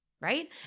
right